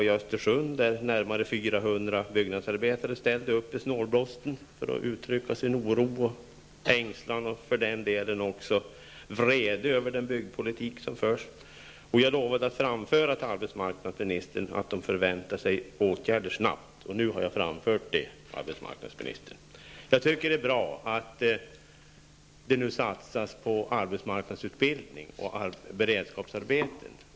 I Östersund ställde närmare 400 byggnadsarbetare upp i snålblåsten för att uttrycka sin oro, ängslan och för den delen också sin vrede över den byggpolitik som förs. Jag lovade att framföra till arbetsmarknadsministern att de förväntar sig åtgärder snabbt, och nu har jag framfört detta, arbetsmarknadsministern. Det är bra att man nu satsar på arbetsmarknadsutbildning och beredskapsarbeten.